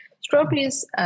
Strawberries